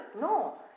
no